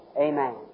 Amen